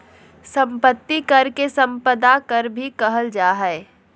संपत्ति कर के सम्पदा कर भी कहल जा हइ